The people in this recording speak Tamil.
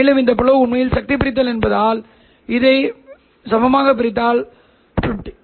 ஒளியியல் புலங்கள் எங்கள் உள்வரும் சமிக்ஞை Es sPsa ej st s